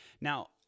Now